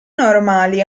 normali